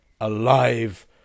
alive